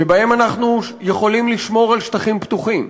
שבהם אנחנו יכולים לשמור על שטחים פתוחים,